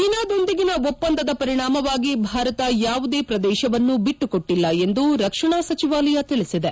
ಚೀನಾದೊಂದಿಗಿನ ಒಪ್ಪಂದದ ಪರಿಣಾಮವಾಗಿ ಭಾರತ ಯಾವುದೇ ಪ್ರದೇಶವನ್ನು ಬಿಟ್ಟುಕೊಟ್ಟಲ್ಲ ಎಂದು ರಕ್ಷಣಾ ಸಚಿವಾಲಯ ತಿಳಿಸಿದೆ